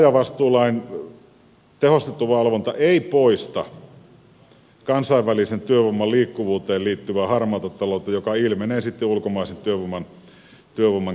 tämä tilaajavastuulain tehostettu valvonta ei poista kansainvälisen työvoiman liikkuvuuteen liittyvää harmaata taloutta joka ilmenee sitten ulkomaisen työvoiman käytössä